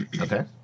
Okay